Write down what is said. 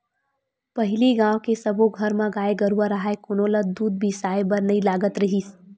पहिली गाँव के सब्बो घर म गाय गरूवा राहय कोनो ल दूद बिसाए बर नइ लगत रिहिस